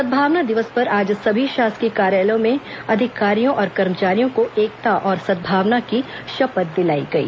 सद्भावना दिवस पर आज सभी शासकीय कार्यालयों में अधिकारियों और कर्मचारियों को एकता और सद्भावना की शपथ दिलाई गई